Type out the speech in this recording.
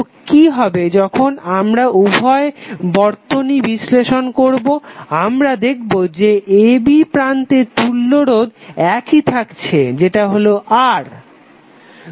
তো কি হবে যখন আমরা উভয় বর্তনী বিশ্লেষণ করবো আমরা দেখবো যে ab প্রান্তে তুল্য রোধ একই থাকছে যেটা হলো R